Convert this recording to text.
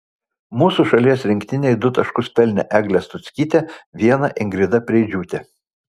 mūsų šalies rinktinei du taškus pelnė eglė stuckytė vieną ingrida preidžiūtė